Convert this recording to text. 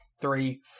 three